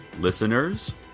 Listeners